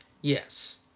Yes